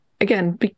again